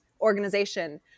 organization